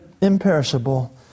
imperishable